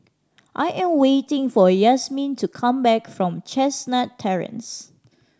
I am waiting for Yazmin to come back from Chestnut Terrace